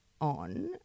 on